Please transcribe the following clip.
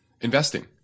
investing